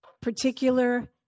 particular